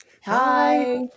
Hi